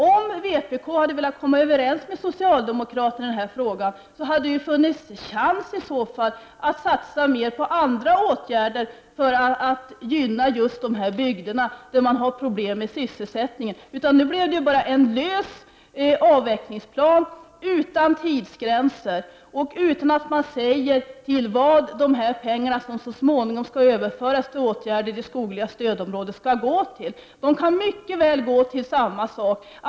Om vpk hade velat konima överens med socialdemokraterna i denna fråga, hade det funnits en chans att satsa mer på andra åtgärder för att gynna dessa bygder, där det råder problem med sysselsättningen. Nu blev det bara en lös avvecklingsplan utan tidsgränser och utan att man säger vad dessa pengar, som så småningom skall överföras till åtgärder för det skogliga stödområdet, skall gå till. De kan mycket väl gå till samma sak som tidigare.